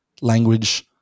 language